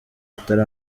atari